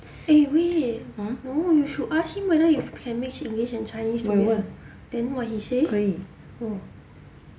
!huh! 我有问可以